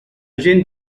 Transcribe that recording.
gent